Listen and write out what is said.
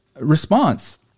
response